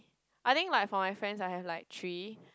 I think like for my friend I have like three